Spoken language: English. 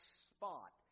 spot